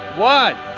one.